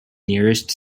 nearest